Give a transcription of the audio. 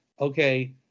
okay